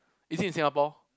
is it in Singapore